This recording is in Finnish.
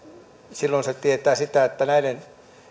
silloin se tietää sitä että näiden